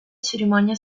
cerimonia